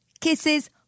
Kisses